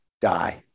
die